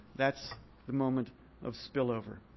that's the moment of spillover.